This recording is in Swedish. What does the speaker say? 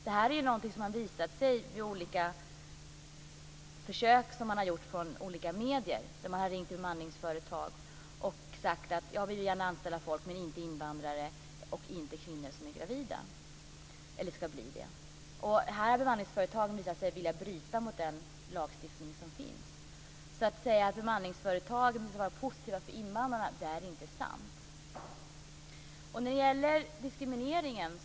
Det här är någonting som har visat sig vid försök som har gjorts av olika medier. Man har ringt bemanningsföretag som sagt: Ja, vi vill gärna anställa folk, men inte invandrare och inte kvinnor som är eller kommer att bli gravida. Här har bemanningsföretagen visat sig vilja bryta mot den lagstiftning som finns. Att säga att bemanningsföretag skulle vara positiva för invandrarna är inte sant.